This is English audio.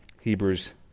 Hebrews